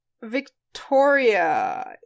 Victoria